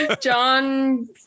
John